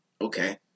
Okay